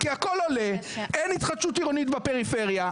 כי הכל עולה, אין התחדשות עירונית בפריפריה.